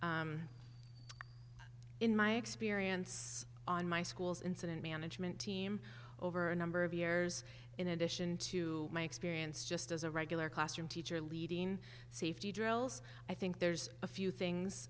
help in my experience on my school's incident management team over a number of years in addition to my experience just as a regular classroom teacher leading safety drills i think there's a few things